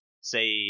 say